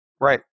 Right